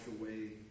away